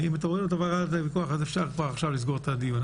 אם תוריד את רמת הוויכוח אז אפשר כבר עכשיו לסגור את הדיון,